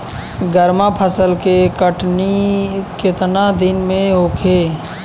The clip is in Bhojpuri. गर्मा फसल के कटनी केतना दिन में होखे?